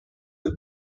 del